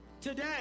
Today